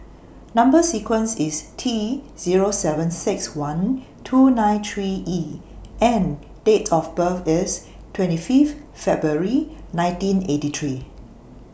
Number sequence IS T Zero seven six one two nine three E and Date of birth IS twenty Fifth February nineteen eighty three